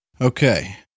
okay